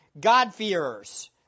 God-fearers